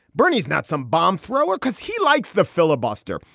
bernie is not some bomb thrower because he likes the filibuster.